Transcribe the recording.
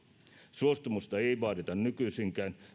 suostumusta ei vaadita nykyisinkään